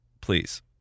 Please